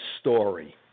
story